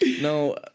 No